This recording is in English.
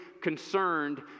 concerned